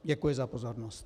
Děkuji za pozornost.